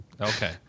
Okay